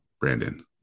Brandon